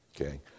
okay